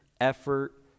effort